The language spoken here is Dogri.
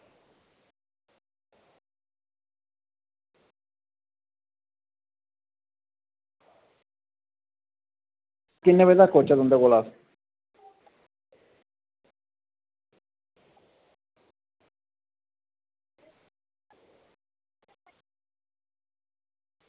किन्ने बजे तक्कर औचै तुं'दे कोल अस